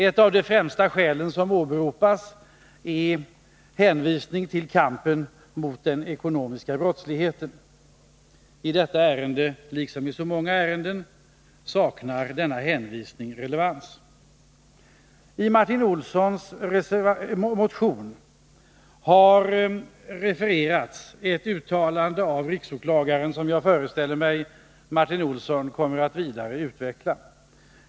Ett av de främsta skäl som åberopas utgörs av en hänvisning till kampen mot den ekonomiska brottsligheten. I detta ärende, liksom i så många andra ärenden, saknar denna hänvisning relevans. I Martin Olssons motion har refererats ett uttalande av riksåklagaren, som jag föreställer mig att Martin Olsson kommer att vidareutveckla.